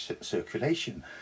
circulation